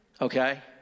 Okay